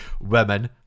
Women